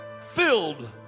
filled